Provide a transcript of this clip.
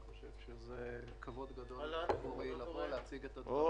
אני חושב שזה כבוד גדול עבורי לבוא ולהציג את הדברים.